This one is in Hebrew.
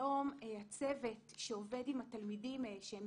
היום, הצוות שעובד עם התלמידים שהם